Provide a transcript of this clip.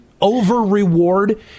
over-reward